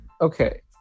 Okay